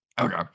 okay